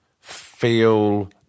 feel